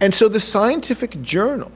and so the scientific journal